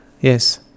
yes